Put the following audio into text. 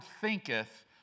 thinketh